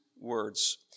words